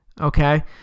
Okay